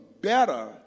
better